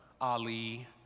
Ali